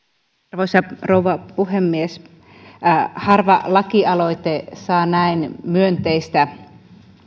arvoisa rouva puhemies harva lakialoite saa näin myönteistä